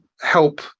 help